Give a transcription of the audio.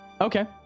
okay